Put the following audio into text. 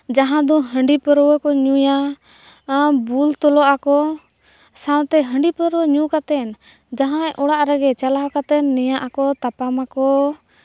ᱡᱟᱦᱟᱸ ᱫᱚ ᱦᱟᱺᱰᱤ ᱯᱟᱹᱨᱣᱟᱹ ᱠᱚ ᱧᱩᱭᱟ ᱟᱨ ᱵᱩᱞ ᱛᱚᱞᱚᱜᱼᱟᱠᱚ ᱥᱟᱣᱛᱮ ᱦᱟᱺᱰᱤ ᱯᱟᱹᱨᱣᱟᱹ ᱧᱩ ᱠᱟᱛᱮᱫ ᱡᱟᱦᱟᱸᱭ ᱚᱲᱟᱜ ᱨᱮᱜᱮ ᱪᱟᱞᱟᱣ ᱠᱟᱛᱮᱫ ᱱᱮᱭᱟᱜᱼᱟᱠᱚ ᱛᱟᱯᱟᱢᱟᱠᱚ